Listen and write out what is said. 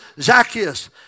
Zacchaeus